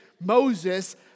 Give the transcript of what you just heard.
Moses